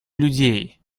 людей